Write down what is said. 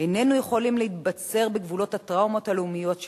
איננו יכולים להתבצר בגבולות הטראומות הלאומיות שלנו,